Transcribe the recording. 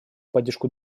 поддержку